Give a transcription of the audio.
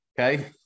okay